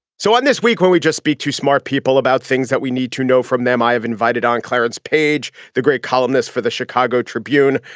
so this week, when we just speak to smart people about things that we need to know from them, i have invited on clarence page, the great columnist for the chicago tribune.